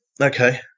Okay